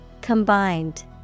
Combined